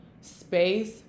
space